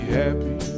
happy